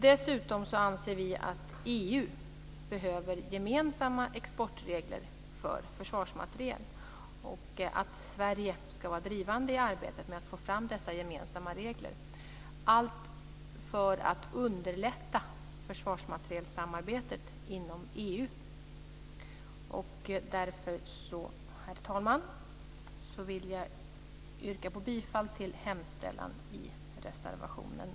Dessutom anser vi att EU behöver gemensamma exportregler för försvarsmateriel och att Sverige ska vara drivande i arbetet med att få fram dessa gemensamma regler, allt för att underlätta försvarsmaterielsamarbetet inom EU. Herr talman! Jag yrkar bifall till hemställan i reservation 1.